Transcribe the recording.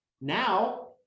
Now